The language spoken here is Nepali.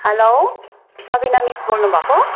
हेलो नविना मिस बोल्नु भएको हो